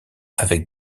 avec